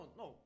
no